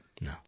No